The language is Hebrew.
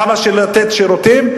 כמה שיותר לתת שירותים,